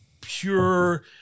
Pure